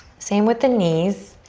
same with the knees.